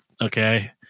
okay